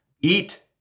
eat